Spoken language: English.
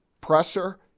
pressure